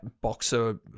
boxer